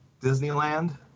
disneyland